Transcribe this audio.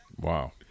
Wow